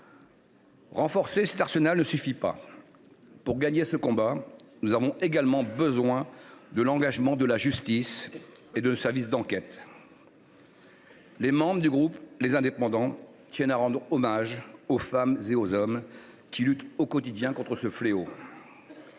Renforcer notre arsenal ne suffit pas. Pour gagner ce combat, nous avons également besoin de l’engagement de la justice et de nos services d’enquête. Les membres du groupe Les Indépendants – République et Territoires tiennent à rendre hommage aux femmes et aux hommes qui luttent au quotidien contre ce fléau.